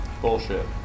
Bullshit